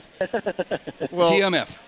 TMF